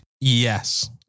Yes